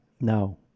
No